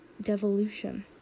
Devolution